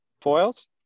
foils